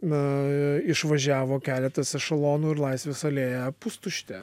na išvažiavo keletas ešelonų ir laisvės alėja pustuštė